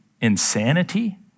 insanity